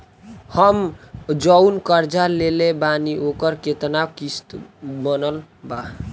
हम जऊन कर्जा लेले बानी ओकर केतना किश्त बनल बा?